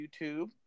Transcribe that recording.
YouTube